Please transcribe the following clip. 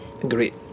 great